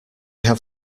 have